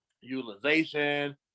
utilization